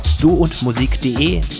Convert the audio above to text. duundmusik.de